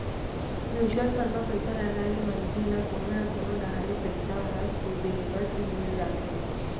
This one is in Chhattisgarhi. म्युचुअल फंड म पइसा लगाए ले मनखे ल कोनो न कोनो डाहर ले पइसा ह सुबेवत मिल जाथे